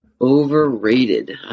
Overrated